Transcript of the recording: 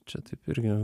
čia taip irgi